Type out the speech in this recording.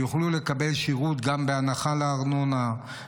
כדי שיוכלו לקבל שירות גם בהנחה לארנונה,